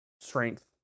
strength